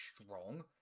strong